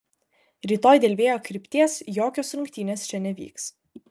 rytoj dėl vėjo krypties jokios rungtynės čia nevyks